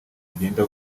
bugenda